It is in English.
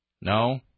No